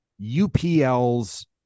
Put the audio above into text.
UPL's